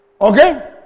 Okay